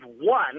one